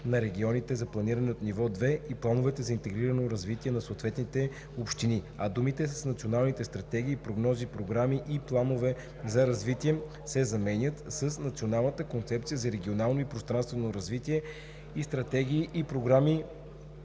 на регионите за планиране от ниво 2 и плановете за интегрирано развитие на съответните общини“, а думите „с националните стратегии, прогнози, програми и планове за развитие“ се заменят със „с Националната концепция за регионално и пространствено развитие и стратегии и програми